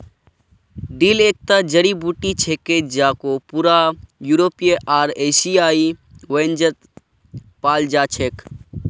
dill एकता जड़ी बूटी छिके जेको पूरा यूरोपीय आर एशियाई व्यंजनत पाल जा छेक